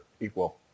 equal